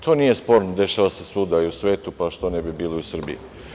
To nije sporno, dešava se svuda i u svetu, pa što ne bi bilo i u Srbiji.